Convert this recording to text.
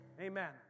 Amen